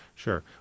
Sure